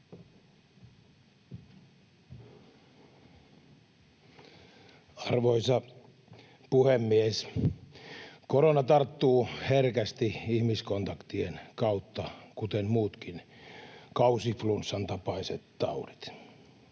Arvoisa puhemies! Korona tarttuu herkästi ihmiskontaktien kautta, kuten muutkin kausiflunssan tapaiset taudit.